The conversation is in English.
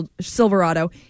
Silverado